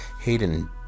Hayden